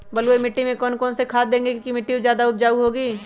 बलुई मिट्टी में कौन कौन से खाद देगें की मिट्टी ज्यादा उपजाऊ होगी?